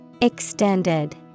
Extended